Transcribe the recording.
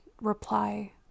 reply